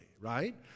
right